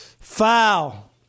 Foul